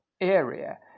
area